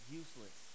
useless